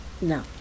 No